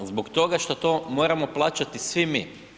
Zbog toga što to moramo plaćati svi mi.